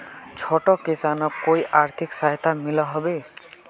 छोटो किसानोक कोई आर्थिक सहायता मिलोहो होबे?